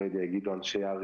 למה לא?